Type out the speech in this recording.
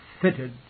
fitted